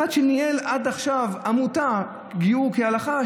אחד שניהל עד עכשיו את עמותת גיור כהלכה,